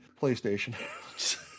PlayStation